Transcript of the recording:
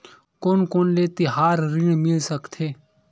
कोन कोन ले तिहार ऋण मिल सकथे?